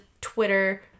Twitter